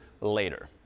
later